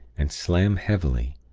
and slam heavily,